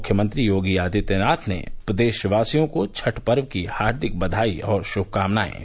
मुख्यमंत्री योगी आदित्यनाथ ने प्रदेशवासियों को छठ पर्व की हार्दिक बधाई और शुभकामनाएं दी हैं